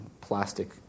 plastic